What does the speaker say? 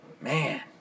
Man